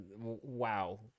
Wow